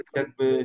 jakby